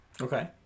Okay